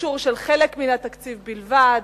אישור של חלק מן התקציב בלבד,